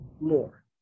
more